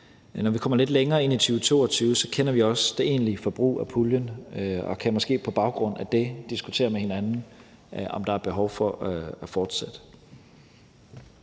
Når vi kommer lidt længere ind i 2022, kender vi også det egentlige forbrug af puljen og kan måske på baggrund af det diskutere med hinanden, om der er behov for at fortsætte.